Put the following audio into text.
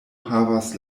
havas